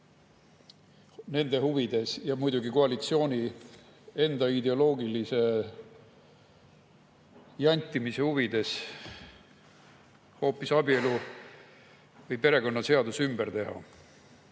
nende huvides ja muidugi koalitsiooni enda ideoloogilise jantimise huvides perekonnaseadus ümber teha.